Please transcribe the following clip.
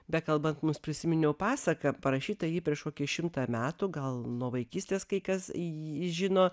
bekalbant mus prisiminiau pasaką parašyta ji prieš kokį šimtą metų gal nuo vaikystės kai kas jį žino